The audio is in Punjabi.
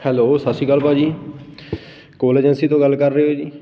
ਹੈਲੋ ਸਤਿ ਸ਼੍ਰੀ ਅਕਾਲ ਭਾਅ ਜੀ ਕੋਲ ਏਜੰਸੀ ਤੋਂ ਗੱਲ ਕਰ ਰਹੇ ਹੋ ਜੀ